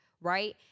right